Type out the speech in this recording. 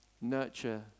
nurture